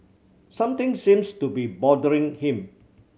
something seems to be bothering him